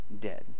dead